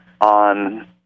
on